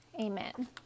Amen